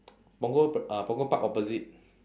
punggol p~ uh punggol park opposite